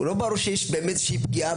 לא ברור שיש באמת איזה שהיא פגיעה.